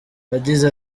yagize